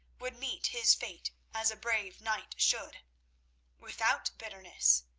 would meet his fate as a brave knight should without bitterness,